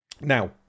Now